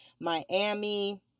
Miami